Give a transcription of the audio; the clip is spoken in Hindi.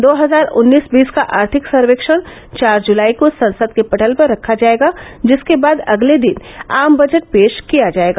दो हजार उन्नीस बीस का आर्थिक सर्वेक्षण चार जुलाई को संसद के पटल पर रखा जाएगा जिसके बाद अगले दिन आम बजट पेश किया जाएगा